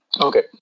Okay